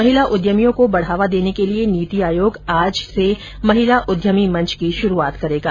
महिला उद्यमियों को बढ़ावा देने के लिए नीति आयोग आज महिला उद्यमी मंच की शुरुआत करेगा